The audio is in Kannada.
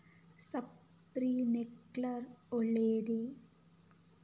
ಸ್ಪಿರಿನ್ಕ್ಲೆರ್ ಒಳ್ಳೇದೇ?